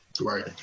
right